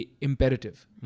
imperative